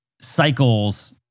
cycles